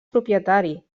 propietari